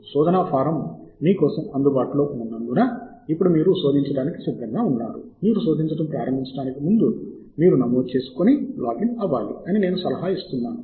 శోధన ఫారం మీ కోసం అందుబాటులో ఉన్నందున ఇప్పుడు మీరు శోధించడానికి సిద్ధంగా ఉన్నారు మీరు శోధించడం ప్రారంభించడానికి ముందు మీరు నమోదు చేసుకొని లాగిన్ అవ్వాలి అని నేను సలహా ఇస్తున్నాను